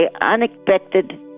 unexpected